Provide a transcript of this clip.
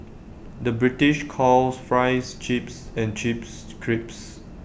the British calls Fries Chips and Chips Crisps